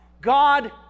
God